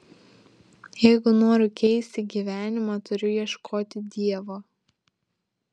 jeigu noriu keisti gyvenimą turiu ieškoti dievo